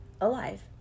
alive